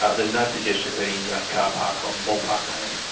ah there's no suggestion of any yeah carpark on moore park land.